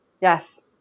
Yes